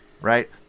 right